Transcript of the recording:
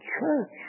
church